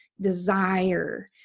desire